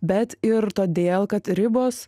bet ir todėl kad ribos